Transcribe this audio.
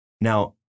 Now